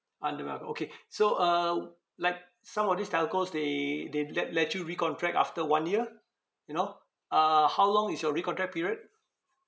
under one okay so uh wou~ like some of these telcos they they let let you recontract after one year you know uh how long is your recontract period